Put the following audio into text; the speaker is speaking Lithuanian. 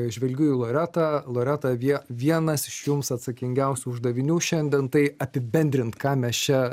žvelgiu į loretą loreta vie vienas iš jums atsakingiausių uždavinių šiandien tai apibendrint ką mes čia